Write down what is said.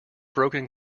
broken